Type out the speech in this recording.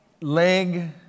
leg